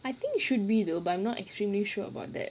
I think it should be though but I'm not extremely sure about that